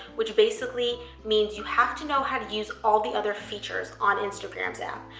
which basically means you have to know how to use all the other features on instagram's app.